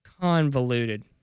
convoluted